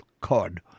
cod